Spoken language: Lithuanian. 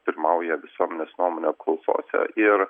pirmauja visuomenės nuomonių apklausose ir